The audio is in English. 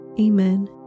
Amen